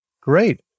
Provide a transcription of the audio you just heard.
Great